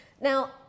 Now